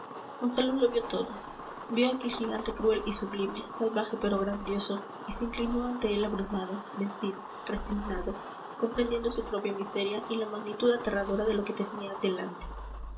monsalud lo vio todo vio aquel gigante cruel y sublime salvaje pero grandioso y se inclinó ante él abrumado vencido resignado comprendiendo su propia miseria y la magnitud aterradora de lo que tenía delante